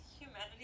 humanity